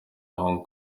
hong